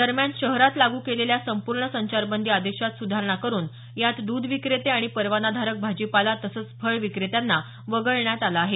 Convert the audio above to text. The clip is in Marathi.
दरम्यान शहरात लागू केलेल्या संपूर्ण संचारबंदी आदेशात सुधारणा करून यात द्ध विक्रेते आणि परवनाधारक भाजीपाला तसंच फळ विक्रेत्यांना वगळण्यात आलं आहे